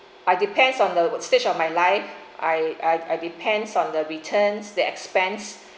I depends on the stage of my life I I depends on the returns the expense